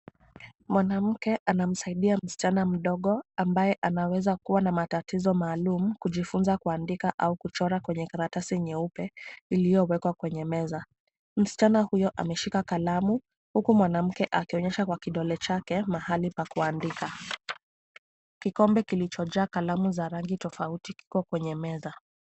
Mwanamke anamsaidia msichana mdogo ambaye anaweza kuwa na matatizo maalum kujifunza kuandika au kuchora katika karatasi nyeupe iliyowekwa kwenye meza. Msichana huyo ameshika kalamu huku mwanamke akionyesha kwa kidole chake mahali pa kuandika. Kikombe kilichojaa kalamu za rangi tofauti kiko kwenye meza.